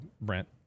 Brent